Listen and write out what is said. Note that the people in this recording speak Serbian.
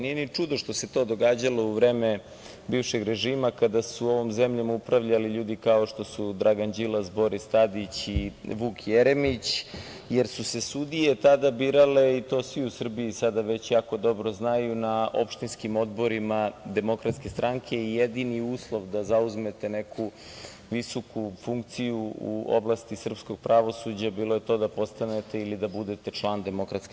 Nije ni čudo što se to događalo u vreme bivšeg režima kada su ovom zemljom upravljali ljudi kao što su Dragan Đilas, Boris Tadić i Vuk Jeremić, jer su se sudije tada birale, i to svi u Srbiji sada već jako dobro znaju, na opštinskim odborima DS i jedini uslov da zauzmete neku visoku funkciju u oblasti srpskog pravosuđa bilo je to da postanete ili da budete član DS.